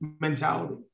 mentality